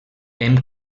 hem